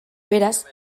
beraz